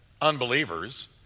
unbelievers